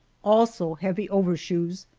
also heavy overshoes,